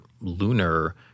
lunar